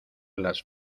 las